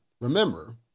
remember